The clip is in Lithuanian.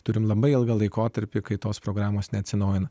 turim labai ilgą laikotarpį kai tos programos neatsinaujina